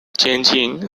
changing